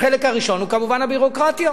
החלק הראשון הוא כמובן הביורוקרטיה.